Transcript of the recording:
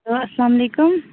hello اسلام وعلیکُم